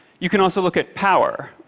you can also look at power.